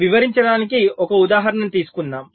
వివరించడానికి ఒక ఉదాహరణ ను తీసుకుందాము